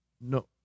No